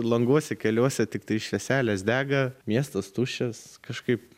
languose keliuose tiktai švieselės dega miestas tuščias kažkaip